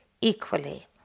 equally